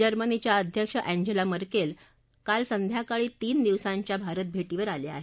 जर्मनीच्या अध्यक्षा Angela Merkel काल संध्याकाळी तीन दिवसाच्या भारत भेटीवर आल्या आहेत